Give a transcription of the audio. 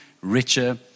richer